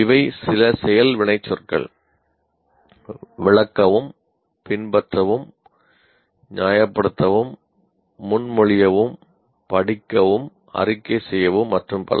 இவை சில செயல் வினைச்சொற்கள் விளக்கவும் பின்பற்றவும் நியாயப்படுத்தவும் முன்மொழியவும் படிக்கவும் அறிக்கை செய்யவும் மற்றும் பல